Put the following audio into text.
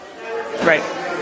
Right